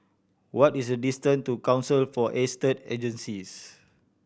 what is the distance to Council for Estate Agencies